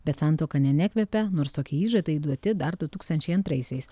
bet santuoka nė nekvepia nors tokie įžadai duoti dar du tūkstančiai antraisiais